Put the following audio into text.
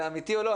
זה אמיתי או לא?